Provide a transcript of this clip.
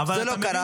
זה לא קרה.